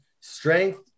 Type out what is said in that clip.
Strength